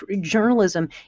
journalism